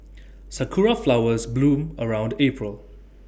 Sakura Flowers bloom around April